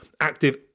active